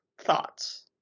thoughts